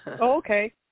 okay